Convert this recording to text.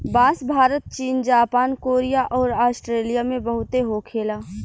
बांस भारत चीन Japan Korea अउर आस्ट्रेलिया में बहुते होखे ला